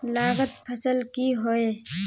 लागत फसल की होय?